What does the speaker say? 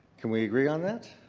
can we agree on that?